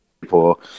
people